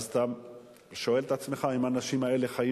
אז אתה שואל את עצמך אם האנשים האלה חיים